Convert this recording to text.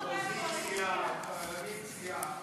לקואליציה.